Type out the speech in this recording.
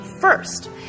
First